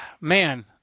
man –